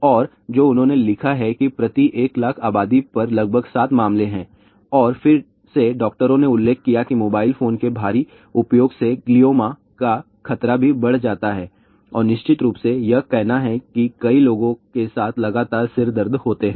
और जो उन्होंने लिखा है कि प्रति 1 लाख आबादी पर लगभग 7 मामले हैं और फिर से डॉक्टरों ने उल्लेख किया है कि मोबाइल फोन के भारी उपयोग से ग्लियोमा का खतरा भी बढ़ जाता है निश्चित रूप से यह कहना है कि कई लोगों के साथ लगातार सिरदर्द होते हैं